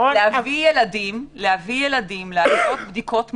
להביא ילדים לעשות בדיקות מטות,